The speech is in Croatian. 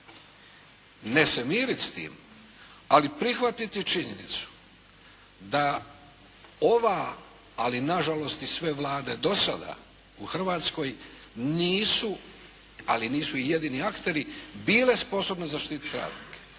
Ne se miriti s tim, ali prihvatiti činjenicu da ova, ali nažalost i sve Vlade do sada u Hrvatskoj nisu, ali nisu jedini akteri bile sposobne zaštiti radnike.